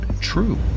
true